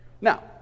Now